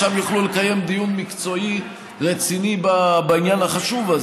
שם יוכלו לקיים דיון מקצועי רציני בעניין החשוב הזה.